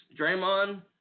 Draymond